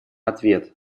ответ